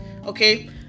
Okay